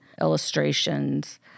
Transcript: illustrations